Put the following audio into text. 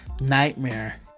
Nightmare